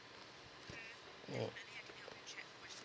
mm